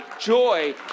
Joy